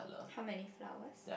how many flowers